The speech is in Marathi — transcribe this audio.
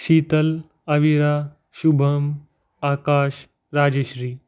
शीतल अविरा शुभम आकाश राजेश्री